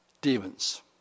demons